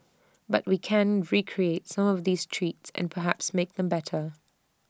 but we can recreate some of these treats and perhaps make them better